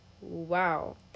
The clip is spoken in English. Wow